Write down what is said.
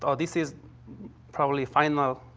ah this is probably final,